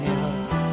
else